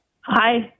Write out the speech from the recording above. Hi